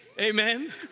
Amen